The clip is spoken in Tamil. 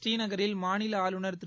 புறீநகரில் மாநில ஆளுநர் திரு